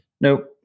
Nope